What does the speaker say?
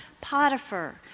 Potiphar